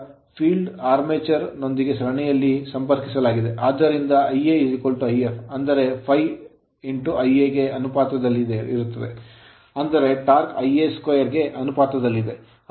series motor ಸರಣಿ motor ನಲ್ಲಿ field field ಅನ್ನು armature ಆರ್ಮೇಚರ್ ನೊಂದಿಗೆ ಸರಣಿಯಲ್ಲಿ ಸಂಪರ್ಕಿಸಲಾಗಿದೆ ಆದ್ದರಿಂದ Ia Ifಅಂದರೆ ∅ Ia ಗೆ ಅನುಪಾತದಲ್ಲಿರುತ್ತದೆ ಅಂದರೆ ಟಾರ್ಕ್ Ia2 ಗೆ ಅನುಪಾತದಲ್ಲಿದೆ